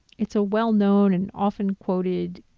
it's a well known and often quoted,